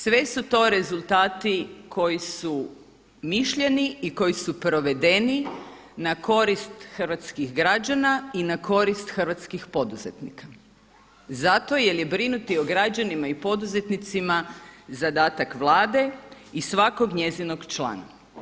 Sve su to rezultati koji su mišljeni i koji su provedeni na korist hrvatskih građana i na korist hrvatskih poduzetnika zato jer je brinuti o građanima i poduzetnicima zadatak Vlade i svakog njezinog člana.